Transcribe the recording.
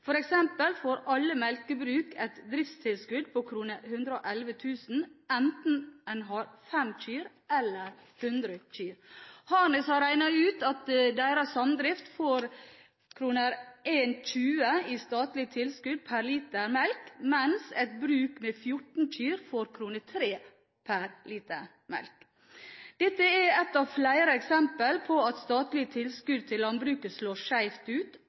et driftstilskudd på 111 000 kr enten en har 5 kyr eller 100 kyr. Harnes har regnet ut at deres samdrift får 1,20 kr i statlig tilskudd per liter melk, mens et bruk med 14 kyr får 3 kr per liter melk. Dette er ett av flere eksempler på at statlige tilskudd til landbruket slår skjevt ut,